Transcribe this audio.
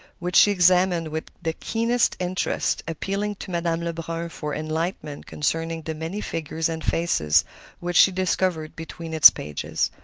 which she examined with the keenest interest, appealing to madame lebrun for enlightenment concerning the many figures and faces which she discovered between its pages.